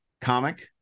comic